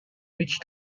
which